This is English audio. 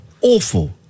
awful